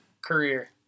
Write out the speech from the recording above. career